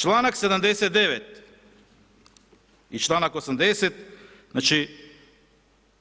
Članak 79., i članak 80., znači,